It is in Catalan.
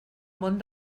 món